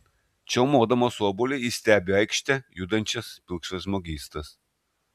čiaumodamas obuolį jis stebi aikšte judančias pilkšvas žmogystas